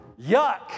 Yuck